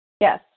Yes